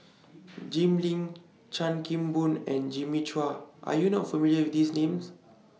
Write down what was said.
Jim Lim Chan Kim Boon and Jimmy Chua Are YOU not familiar with These Names